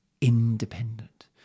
independent